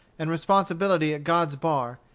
and responsibility at god's bar,